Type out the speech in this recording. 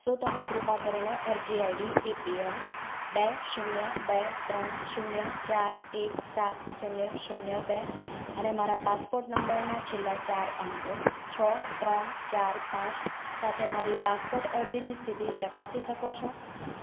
શું તમે કૃપા કરીને અરજી આઈડી એપીએલ બે શૂન્ય બે ત્રણ શૂન્ય ચાર એક સાત શૂન્ય શૂન્ય બે અને મારા પાસપોર્ટ નંબરના છેલ્લા ચાર અંકો છો ત્રણ ચાર પાંચ સાથે મારી પાસપોર્ટ અરજીની સ્થિતિ ચકાસી શકો છો